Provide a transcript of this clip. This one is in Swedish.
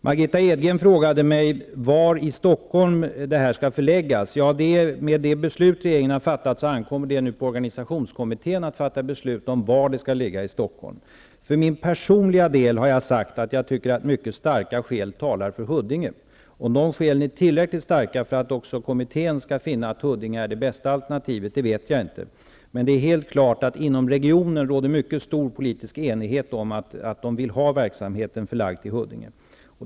Margitta Edgren frågade mig var i Stockholm institutet skall förläggas. Enligt det beslut som regeringen har fattat ankommer det nu på organisationskommittén att fatta beslut om detta. För min personliga del anser jag att mycket starka skäl talar för Huddinge. Om dessa skäl är tillräckligt starka för att också kommittén skall finna att Huddinge är det bästa alternativet vet jag inte. Men det är helt klart att det inom regionen råder en mycket stor politisk enighet om att verksamheten skall förläggas till Huddinge.